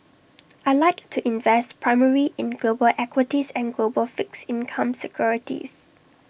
I Like to invest primarily in global equities and global fixed income securities